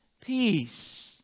peace